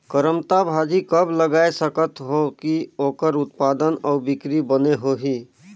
करमत्ता भाजी कब लगाय सकत हो कि ओकर उत्पादन अउ बिक्री बने होही?